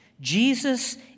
Jesus